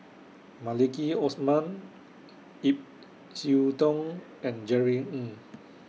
Maliki Osman Ip Yiu Tung and Jerry Ng